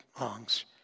lungs